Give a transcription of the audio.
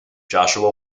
joshua